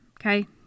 okay